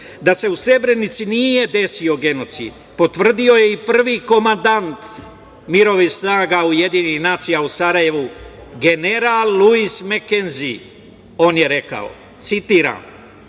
Da se u Srebrenici nije desio genocid potvrdio je i prvi komandant mirovnih snaga UN u Sarajevu general Luis Mekenzi. On je rekao citiram